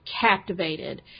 captivated